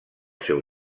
seu